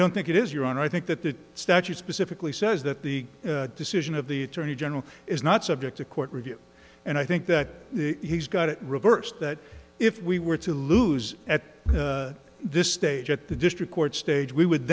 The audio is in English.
don't think it is your honor i think that the statute specifically says that the decision of the attorney general is not subject to court review and i think that he's got it reversed that if we were to lose at this stage at the district court stage we would